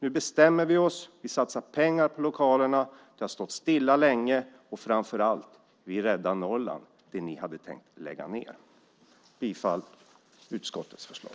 Nu bestämmer vi oss. Vi satsar pengar på lokalerna. Det har stått stilla länge. Framför allt: Vi räddar Norrland, där ni hade tänkt lägga ned. Jag yrkar bifall till utskottets förslag.